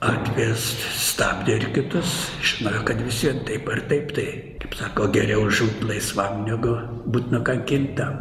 atvejas stabdė ir kitus žinojo kad visiem taip ar taip tai kaip sako geriau žūt laisvam negu būt nukankintam